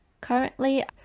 Currently